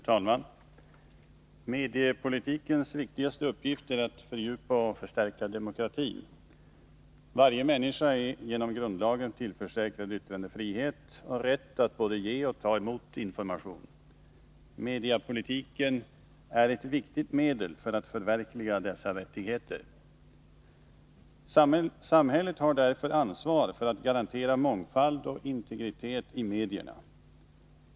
Fru talman! Mediepolitikens viktigaste uppgift är att fördjupa och förstärka demokratin. Varje människa är genom grundlagen tillförsäkrad yttrandefrihet och rätt att både ge och ta emot information. Mediepolitiken är ett viktigt medel för att förverkliga dessa rättigheter. Samhället har därför ansvar för att garantera mångfald och integritet i medierna.